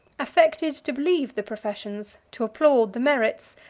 affected to believe the professions, to applaud the merits,